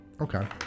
Okay